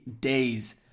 days